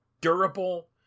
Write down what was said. durable